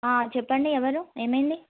చెప్పండి ఎవరు ఏమైంది